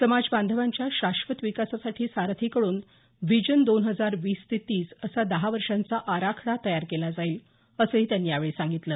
समाज बांधवांच्या शाश्वत विकासासाठी सारथीकडून व्हिजन दोन हजार वीस ते तीस असा दहा वर्षाचा आराखडा तयार केला जाईल असंही त्यांनी यावेळी सांगितलं